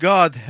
God